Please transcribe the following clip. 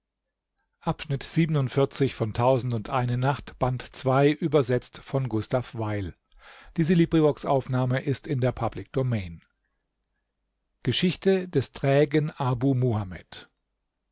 auftrag des trägen abu